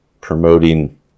promoting